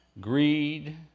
greed